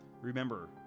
remember